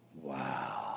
Wow